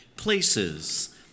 places